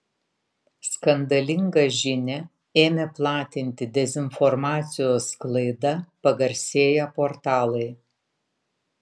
skandalingą žinią ėmė platinti dezinformacijos sklaida pagarsėję portalai